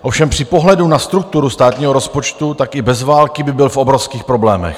Ovšem při pohledu na strukturu státního rozpočtu tak i bez války by byl v obrovských problémech.